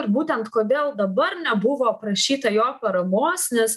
ir būtent kodėl dabar nebuvo prašyta jo paramos nes